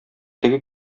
теге